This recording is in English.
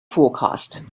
forecast